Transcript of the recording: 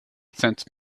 sensed